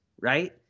right